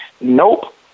Nope